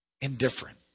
indifferent